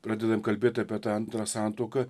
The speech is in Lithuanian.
pradedam kalbėt apie antrą santuoką